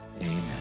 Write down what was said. amen